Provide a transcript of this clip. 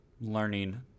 learning